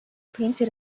painted